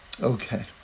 Okay